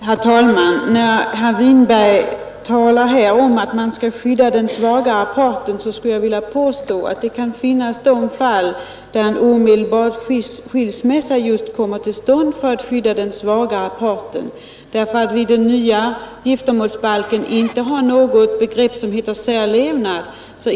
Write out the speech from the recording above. Herr talman! Herr Winberg talar om att man skall skydda den svagare parten. Jag vill påstå att det kan finnas fall där en omedelbar skilsmässa just kommer till stånd för att skydda den svagare parten. I den nya giftermålsbalken finns nämligen inte begreppet ”särlevnad”.